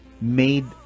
made